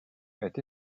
est